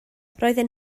roedden